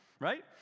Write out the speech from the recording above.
right